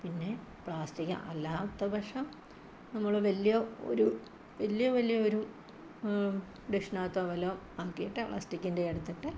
പിന്നെ പ്ലാസ്റ്റിക്ക് അല്ലാത്തപക്ഷം നമ്മള് വലിയ ഒരു വലിയ വലിയ ഒരു ഡിഷിനകത്തോ വല്ലതും ആക്കിയിട്ട് പ്ലാസ്റ്റിക്കിൻ്റെ എടുത്തിട്ട്